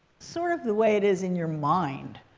sort of the way it is in your mind,